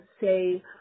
say